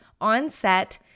onset